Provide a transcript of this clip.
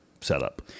setup